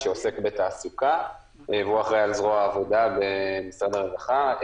שעוסק בתעסוקה והוא אחראי על זרוע העבודה במשרד הרווחה.